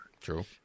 true